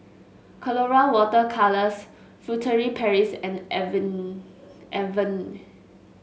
Colora Water Colours Furtere Paris and Avene Avene